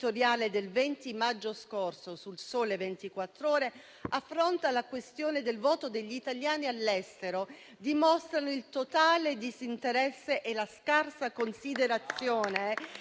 la ministra Casellati affronta la questione del voto degli italiani all'estero, dimostrano il totale disinteresse e la scarsa considerazione